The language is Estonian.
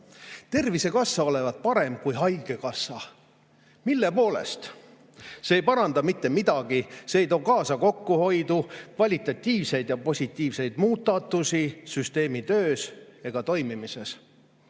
olevat parem kui haigekassa. Mille poolest? See ei paranda mitte midagi, see ei too kaasa kokkuhoidu, kvalitatiivseid ja positiivseid muudatusi süsteemi töös ega toimimises.